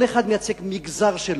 כל אחד מייצג מגזר שלו,